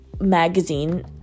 magazine